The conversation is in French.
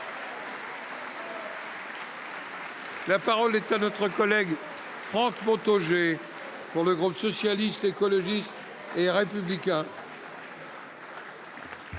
La parole est à M. Franck Montaugé, pour le groupe Socialiste, Écologiste et Républicain.